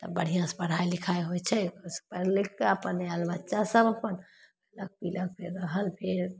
तऽ बढ़िआँसे पढ़ाइ लिखाइ होइ छै पढ़ि लिखिके अपन आएल बच्चासभ अपन खएलक पिलक फेर रहल से फेर